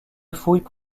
fouilles